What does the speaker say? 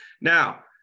Now